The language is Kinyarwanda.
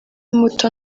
muto